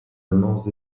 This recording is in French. amants